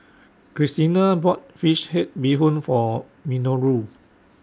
Christena bought Fish Head Bee Hoon For Minoru